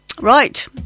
Right